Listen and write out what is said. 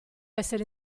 essere